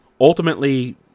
ultimately